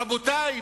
רבותי,